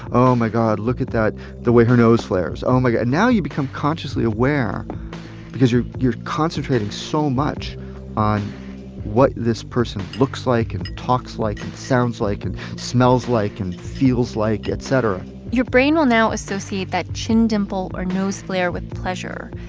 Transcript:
oh, my god, look at that the way her nose flares. oh, my god. now you become consciously aware because you're concentrating so much on what this person looks like and talks like and sounds like and smells like and feels like, et cetera your brain will now associate that chin dimple or nose flare with pleasure.